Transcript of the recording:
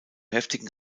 heftigen